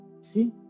See